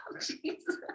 Jesus